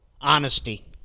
Honesty